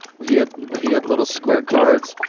he had he had little square cards,